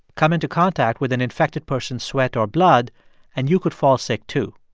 come into contact with an infected person's sweat or blood and you could fall sick, too.